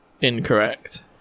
incorrect